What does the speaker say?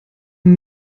man